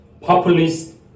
populist